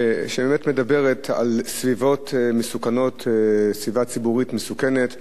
שבאמת מדברת על סביבה ציבורית מסוכנת,